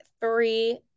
Three